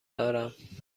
دارم